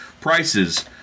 prices